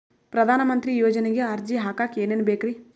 ಪ್ರಧಾನಮಂತ್ರಿ ಯೋಜನೆಗೆ ಅರ್ಜಿ ಹಾಕಕ್ ಏನೇನ್ ಬೇಕ್ರಿ?